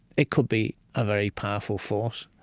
it could be a very powerful force,